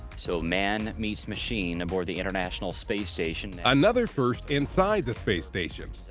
so man meets machine aboard the international space station. another first inside the space station.